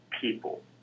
people